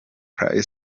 patrice